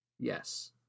Yes